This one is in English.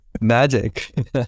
Magic